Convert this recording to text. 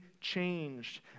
changed